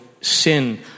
sin